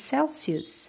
Celsius